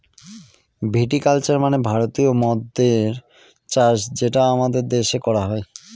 ভিটি culture মানে ভারতীয় মদ্যের চাষ যেটা আমাদের দেশে করা হয়